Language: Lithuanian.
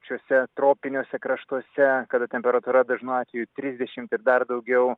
šiuose tropiniuose kraštuose kada temperatūra dažnu atveju trisdešimt ir dar daugiau